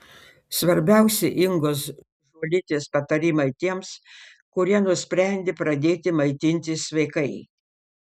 svarbiausi ingos žuolytės patarimai tiems kurie nusprendė pradėti maitintis sveikai